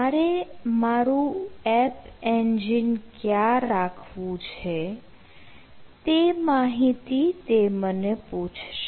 મારે મારુ app engine ક્યાં રાખવું છે તે માહિતી તે મને પૂછશે